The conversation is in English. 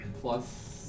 plus